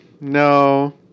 no